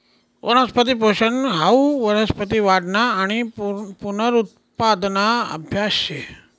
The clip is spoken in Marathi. वनस्पती पोषन हाऊ वनस्पती वाढना आणि पुनरुत्पादना आभ्यास शे